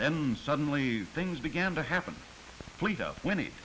then suddenly things began to happen fleet of winni